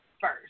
first